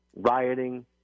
rioting